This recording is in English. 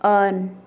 on